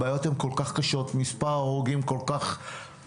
הבעיות הן כל כך קשות ומספר ההרוגים הוא כל כך גדול.